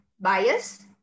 bias